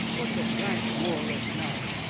what's a flash more or less now!